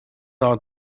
are